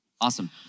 Awesome